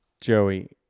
Joey